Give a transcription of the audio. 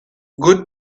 good